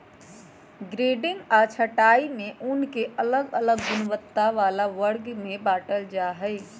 grading आऽ छँटाई में ऊन के अलग अलग गुणवत्ता बला वर्ग में बाटल जाइ छइ